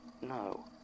no